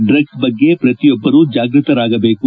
ಡ್ರಗ್ಲ್ ಬಗ್ಗೆ ಪ್ರತಿಯೊಬ್ಬರೂ ಜಾಗೃತರಾಗಬೇಕು